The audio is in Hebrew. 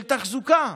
של תחזוקה.